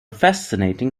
fascinating